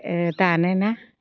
दानोना